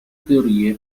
teorie